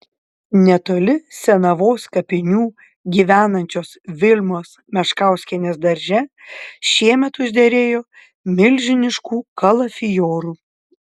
netoli senavos kapinių gyvenančios vilmos meškauskienės darže šiemet užderėjo milžiniškų kalafiorų